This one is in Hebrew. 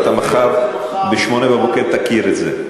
אתה מחר ב-08:00 תכיר את זה.